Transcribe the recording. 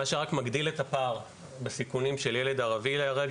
מה שרק מגדיל את הפער בסיכונים של ילד ערבי להיהרג,